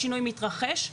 השינוי מתרחש,